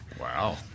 Wow